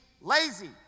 lazy